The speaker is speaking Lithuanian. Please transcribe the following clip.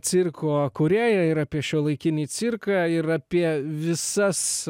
cirko kūrėja ir apie šiuolaikinį cirką ir apie visas